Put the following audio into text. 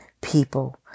people